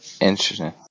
Interesting